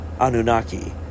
Anunnaki